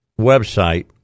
website